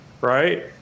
right